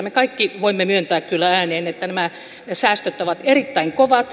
me kaikki voimme myöntää kyllä ääneen että nämä säästöt ovat erittäin kovat